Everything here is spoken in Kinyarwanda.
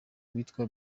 witwa